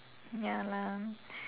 ya lah